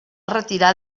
retirar